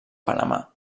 panamà